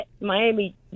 Miami